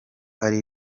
ari